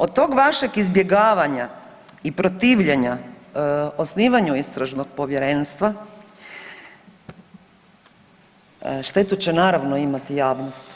Od tog vašeg izbjegavanja i protivljenja osnivanju Istražnog povjerenstva štetu će naravno imati javnost